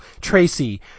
Tracy